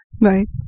right